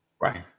Right